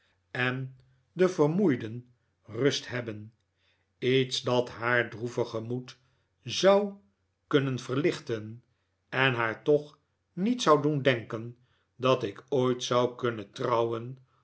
en de vermoeiden rust hebben iets dat haar droevig gemoed zou kunnen verlichten en haar toch niet zou doen denken dat ik ooit zou kunnen trouwen